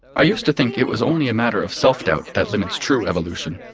i used to think it was only a matter of self-doubt that limits true evolution,